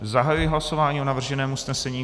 Zahajuji hlasování o navrženém usnesení.